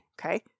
Okay